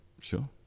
Sure